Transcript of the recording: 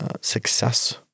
success